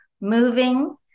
moving